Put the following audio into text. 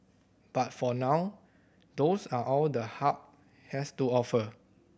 but for now those are all the Hub has to offer